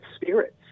spirits